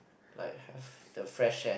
like the fresh air